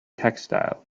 textile